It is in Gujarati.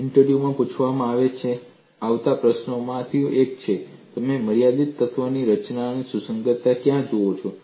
ઇન્ટરવ્યુ માં પૂછવામાં આવતા પ્રશ્નોમાંથી એક એ છે કે તમે મર્યાદિત તત્વ રચનામાં સુસંગતતા ક્યાં જુઓ છો